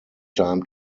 time